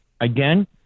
again